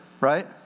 right